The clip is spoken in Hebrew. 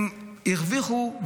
הם הרוויחו,